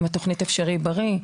זו תוכנית ׳אפשרי בריא׳.